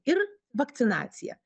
ir vakcinacija